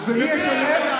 ומי ישלם?